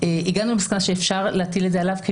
הגענו למסקנה שאפשר להטיל את זה עליו כי